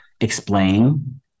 explain